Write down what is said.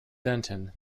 denton